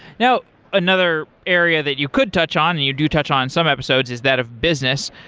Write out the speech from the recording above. now another area that you could touch on and you do touch on some episodes is that of business.